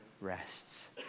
rests